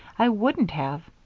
i wouldn't have.